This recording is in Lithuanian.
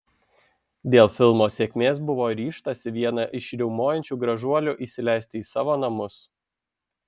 dėl filmo sėkmės buvo ryžtasi vieną iš riaumojančių gražuolių įsileisti į savo namus